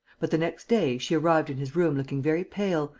but, the next day, she arrived in his room looking very pale,